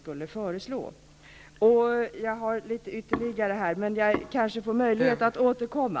Jag har en del ytterligare frågor, men jag kanske får möjlighet att återkomma.